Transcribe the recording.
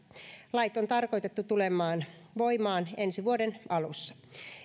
lait on tarkoitettu tulemaan voimaan ensi vuoden alussa